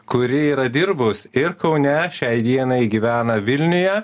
kuri yra dirbus ir kaune šiai dienai gyvena vilniuje